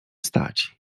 stać